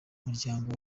muryango